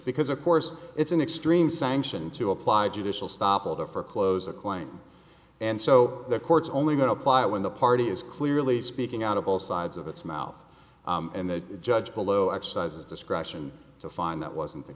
because of course it's an extreme sanction to apply judicial stopover for close a claim and so the court's only going to apply when the party is clearly speaking out of both sides of its mouth and the judge below exercise his discretion to find that wasn't the